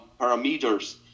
parameters